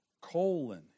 colon